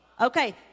Okay